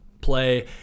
play